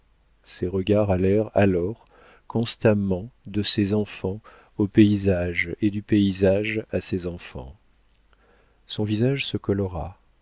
ses regards allèrent alors constamment de ses enfants au paysage et du paysage à ses enfants son visage se colora